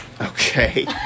Okay